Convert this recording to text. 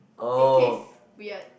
they taste weird